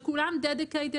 שכולם מסכימים.